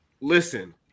listen